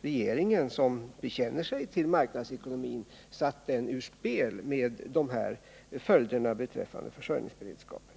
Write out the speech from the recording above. regeringen, som bekänner sig till marknadsekonomin, satt den ur spel med dessa följder beträffande försörjningsberedskapen.